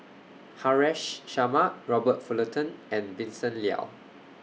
Haresh Sharma Robert Fullerton and Vincent Leow